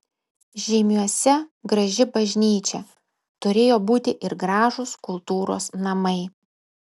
žeimiuose graži bažnyčia turėjo būti ir gražūs kultūros namai